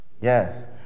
yes